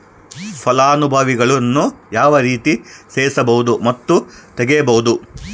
ಫಲಾನುಭವಿಗಳನ್ನು ಯಾವ ರೇತಿ ಸೇರಿಸಬಹುದು ಮತ್ತು ತೆಗೆಯಬಹುದು?